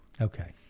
Okay